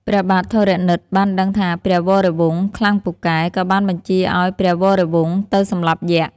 ព្រះបាទធរណិតបានដឹងថាព្រះវរវង្សខ្លាំងពូកែ ក៏បានបញ្ជាឱ្យព្រះវរវង្សទៅសម្លាប់យក្ស។